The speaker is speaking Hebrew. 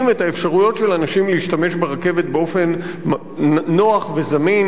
את האפשרויות של אנשים להשתמש ברכבת באופן נוח וזמין.